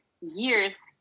years